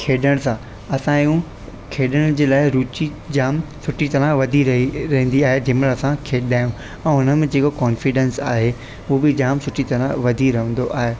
खेॾण सां असांजी खेॾण जे लाइ रुची जाम सुठी तरह वधी रही रहंदी आहे जंहिं महिल असां खेॾंदा आहियूं ऐं हुनमें जेको कॉन्फिडैंस आहे उहो बि जाम सुठी तरह वधी रहंदो आहे